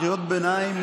קריאות ביניים,